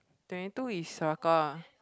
twenty two is circle ah